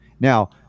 Now